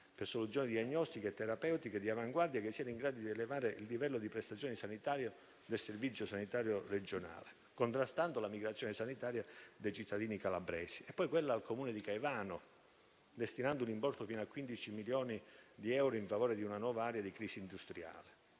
per soluzioni diagnostiche e terapeutiche di avanguardia in grado di elevare il livello della prestazione sanitaria del Servizio sanitario regionale, contrastando la migrazione sanitaria dei cittadini calabresi. Cito poi il finanziamento al Comune di Caivano, cui è destinato un importo fino a 15 milioni di euro in favore di una nuova area di crisi industriale.